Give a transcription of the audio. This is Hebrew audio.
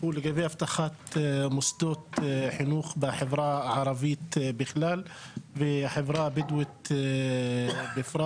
הוא לגבי אבטחת מוסדות החינוך בחברה הערבית בכלל ובחברה הבדואית בפרט.